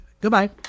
Goodbye